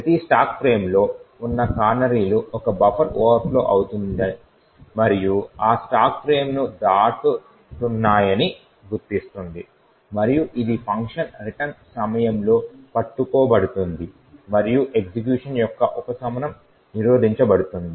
ప్రతి స్టాక్ ఫ్రేమ్లో ఉన్న కానరీలు ఒక బఫర్ ఓవర్ఫ్లో అవుతుంది మరియు ఆ స్టాక్ ఫ్రేమ్ను దాటుతున్నాయని గుర్తిస్తుంది మరియు ఇది ఫంక్షన్ రిటర్న్ సమయంలో పట్టుకోబడుతుంది మరియు ఎగ్జిక్యూషన్ యొక్క ఉపశమనం నిరోధించబడుతుంది